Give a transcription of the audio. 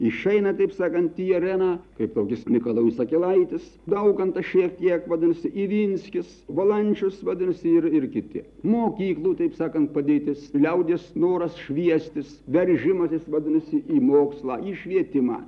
išeina taip sakant į areną kaip tokis mikalojus akelaitis daukantas šiek tiek vadinasi ivinskis valančius vadinasi ir ir kiti mokyklų taip sakant padėtis liaudies noras šviestis veržimasis vadinasi į mokslą į švietimą